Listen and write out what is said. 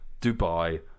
Dubai